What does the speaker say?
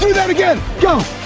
that again, go!